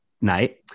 night